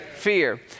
fear